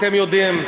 אתם יודעים,